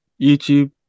YouTube